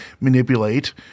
manipulate